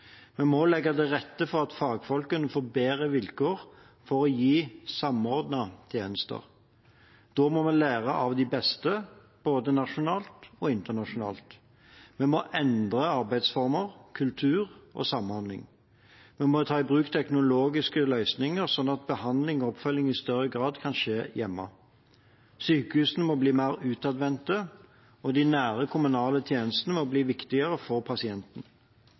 Vi må legge til rette for at fagfolkene får bedre vilkår for å gi samordnede tjenester. Da må vi lære av de beste, både nasjonalt og internasjonalt. Vi må endre arbeidsformer, kultur og samhandling. Vi må ta i bruk teknologiske løsninger slik at behandling og oppfølging i større grad kan skje hjemme. Sykehusene må bli mer utadvendte, og de nære, kommunale tjenestene må bli viktigere for